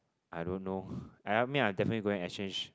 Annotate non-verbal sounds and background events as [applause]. I don't know [breath] I mean I definitely go and exchange